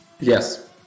Yes